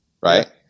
Right